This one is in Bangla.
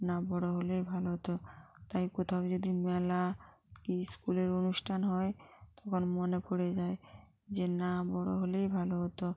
না বড়ো হলেই ভালো হতো তাই কোথাও যে দিন মেলা কি স্কুলের অনুষ্ঠান হয় তখন মনে পড়ে যায় যে না বড়ো হলেই ভালো হতো